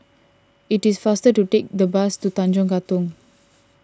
it is faster to take the bus to Tanjong Katong